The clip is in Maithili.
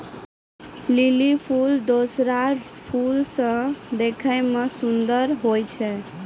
लीली फूल दोसरो फूल से देखै मे सुन्दर हुवै छै